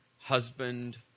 husband